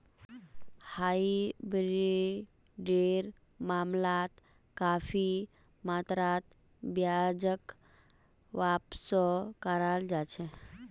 हाइब्रिडेर मामलात काफी मात्रात ब्याजक वापसो कराल जा छेक